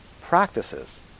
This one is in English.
practices